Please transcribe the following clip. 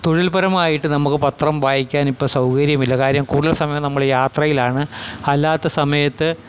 തൊഴിൽപരമായിട്ട് നമുക്ക് പത്രം വായിക്കാൻ ഇപ്പോൾ സൗകര്യമില്ല കാര്യം കൂടുതൽ സമയം നമ്മൾ യാത്രയിലാണ് അല്ലാത്ത സമയത്ത്